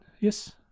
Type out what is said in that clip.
Yes